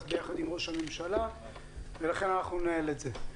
ביחד עם ראש הממשלה ולכן אנחנו ננהל את זה.